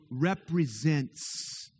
represents